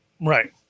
Right